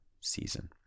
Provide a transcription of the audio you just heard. season